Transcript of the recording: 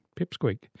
Pipsqueak